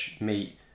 meat